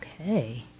Okay